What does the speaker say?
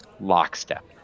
lockstep